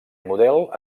model